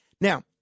Now